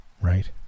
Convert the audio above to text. right